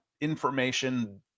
information